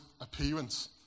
appearance